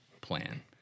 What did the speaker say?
plan